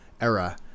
era